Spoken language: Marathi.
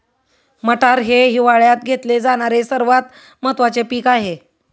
मटार हे हिवाळयात घेतले जाणारे सर्वात महत्त्वाचे पीक आहे